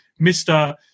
Mr